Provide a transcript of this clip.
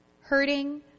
Hurting